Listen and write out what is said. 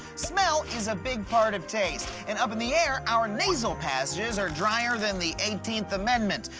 smell is a big part of tast, and up in the air, our nasal passages are dryer than the eighteenth amendment.